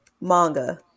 manga